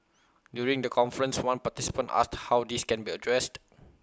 during the conference one participant asked how this can be addressed